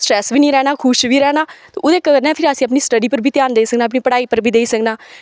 stress बी नी रैह्ना खुश रैह्ना ते ओह्दै कन्नै फ्ही अस अपनी स्टडी पर बी ध्यान देई सकने अपनी पढ़ाई पर बी देई सकना